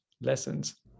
lessons